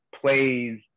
plays